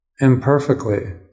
imperfectly